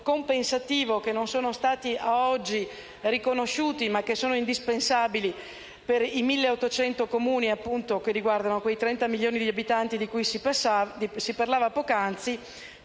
compensativo, che non sono stati a oggi riconosciuti ma che erano indispensabili per i 1.800 Comuni e i 30 milioni di abitanti di cui si parlava poc'anzi